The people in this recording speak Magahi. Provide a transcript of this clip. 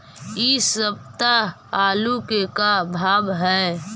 इ सप्ताह आलू के का भाव है?